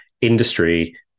industry